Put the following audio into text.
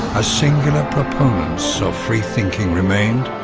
a singular proponents of free thinking remained.